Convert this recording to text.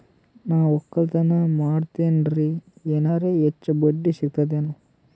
ನಾ ಒಕ್ಕಲತನ ಮಾಡತೆನ್ರಿ ಎನೆರ ಹೆಚ್ಚ ಬಡ್ಡಿ ಸಿಗತದೇನು?